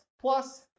plus